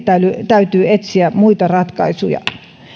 täytyy etsiä muita ratkaisuja